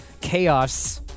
chaos